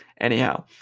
Anyhow